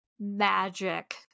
magic